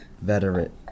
veteran